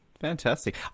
Fantastic